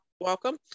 Welcome